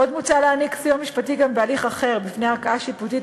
עוד מוצע להעניק סיוע משפטי גם בהליך אחר בפני ערכאה שיפוטית,